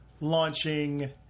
launching